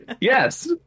Yes